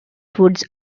foods